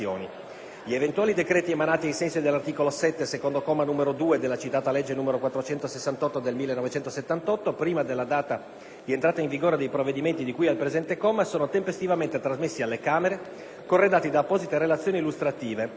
Gli eventuali decreti emanati ai sensi dell'articolo 7, secondo comma, numero 2), della citata legge n. 468 del 1978, prima della data di entrata in vigore dei provvedimenti di cui al presente comma, sono tempestivamente trasmessi alle Camere, corredati da apposite relazioni illustrative.